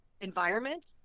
environment